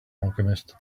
alchemist